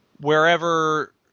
wherever